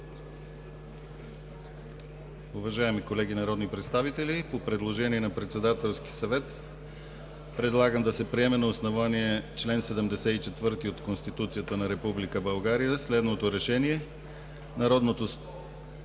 Уважаеми колеги народни представители, по предложение на Председателския съвет предлагам да се приеме на основание чл. 74 от Конституцията на Република България следното решение – Народното